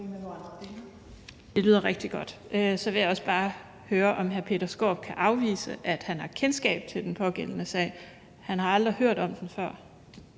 Det lyder rigtig godt. Så vil jeg også bare høre, om hr. Peter Skaarup kan afvise, at han har kendskab til den pågældende sag? Har han aldrig hørt om den før?